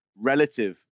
relative